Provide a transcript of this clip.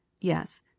Yes